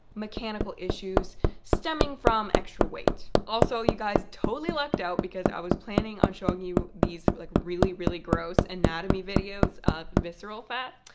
mechanical issues stemming from extra weight. also, you guys totally lucked out because i was planning on showing you these like really, really gross anatomy videos of visceral fat.